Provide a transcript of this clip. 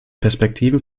perspektiven